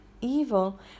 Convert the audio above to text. evil